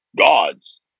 gods